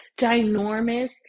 ginormous